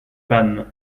femmes